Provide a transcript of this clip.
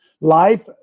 Life